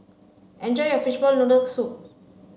enjoy your fishball noodle soup